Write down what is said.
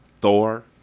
Thor